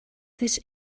this